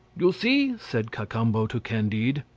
you see, said cacambo to candide,